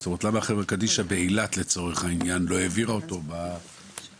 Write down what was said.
למה חברה קדישא לא העבירה אותו על פי